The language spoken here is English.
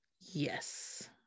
Yes